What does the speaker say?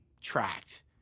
tracked